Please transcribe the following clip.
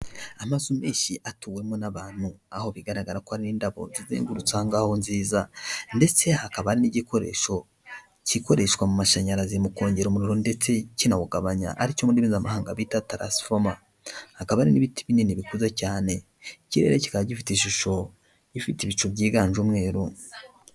Amazu menshi atuwemo n'abantu aho bigaragara ko n'indabo zizengurutse ngaho nziza, ndetse hakaba n'igikoresho gikoreshwa mu mashanyarazi mu kongera umuriro ndetse kinawugabanya ariko cyo mu ndimi z'amahanga bita ngo taransifoma, hakaba hari n'ibiti binini bikuze cyane, ikirere kikaba gifite ishusho ifite ibicu byiganje umweru.